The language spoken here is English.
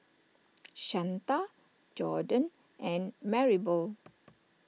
Shanta Jordon and Maribel